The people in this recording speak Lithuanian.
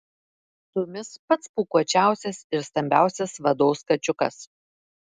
tumis pats pūkuočiausias ir stambiausias vados kačiukas